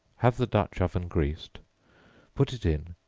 have the dutch-oven greased put it in,